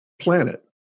planet